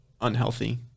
unhealthy